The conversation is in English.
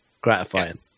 gratifying